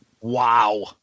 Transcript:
Wow